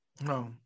no